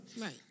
Right